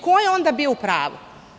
Ko je onda bio u pravu?